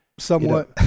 Somewhat